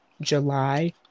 July